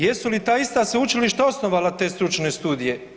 Jesu li ta ista sveučilišta osnovala te stručne studije?